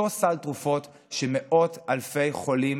אותו סל תרופות שמאות אלפי חולים